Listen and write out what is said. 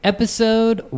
Episode